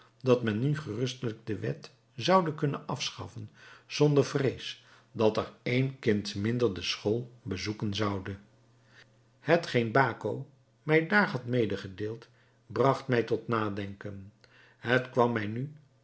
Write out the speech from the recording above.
dat men nu gerustelijk de wet zoude kunnen afschaffen zonder vrees dat er één kind minder de school bezoeken zoude hetgeen baco mij daar had medegedeeld bracht mij tot nadenken het kwam mij nu